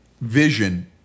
vision